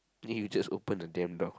then you just open the dame door